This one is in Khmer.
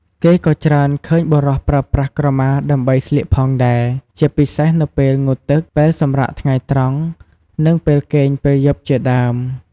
គេក៏ច្រើនឃើញបុរសប្រើប្រាស់ក្រមាដើម្បីស្លៀកផងដែរ ជាពិសេសនៅពេល ងូតទឹក ពេលសម្រាកថ្ងៃត្រង់ និងពេលគេងពេលយប់ជាដើម។